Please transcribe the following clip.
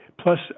plus